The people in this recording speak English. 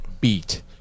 Beat